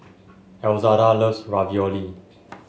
Elzada loves Ravioli